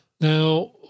Now